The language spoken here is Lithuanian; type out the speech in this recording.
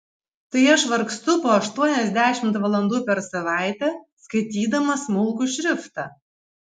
tai aš vargstu po aštuoniasdešimt valandų per savaitę skaitydama smulkų šriftą